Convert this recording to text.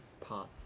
pot